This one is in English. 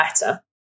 better